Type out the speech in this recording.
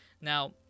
Now